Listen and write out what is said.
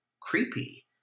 creepy